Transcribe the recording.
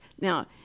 Now